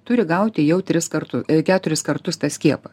turi gauti jau tris kartu keturis kartus tą skiepą